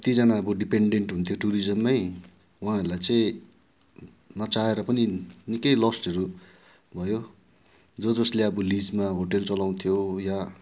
कतिजना अब डिपेन्डेन्ट हुन्थ्यो टुरिजम्मै उहाँहरूलाई चाहिँ नचाहेर पनि निकै लस्टहरू भयो जस् जसले अब लिजमा होटल चलाउँथ्यो वा